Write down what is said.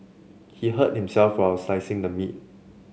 he hurt himself while slicing the meat